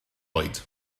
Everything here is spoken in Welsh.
oed